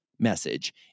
message